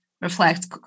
reflect